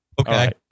Okay